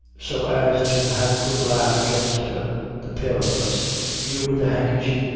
so as to have a good laugh against her the pair of us you wid the handkerchy,